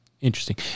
Interesting